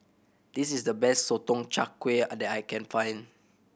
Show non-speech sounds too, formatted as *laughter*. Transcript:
this is the best Sotong Char Kway *unintelligible* that I can find